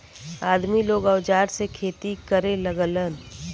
आदमी लोग औजार से खेती करे लगलन